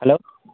hello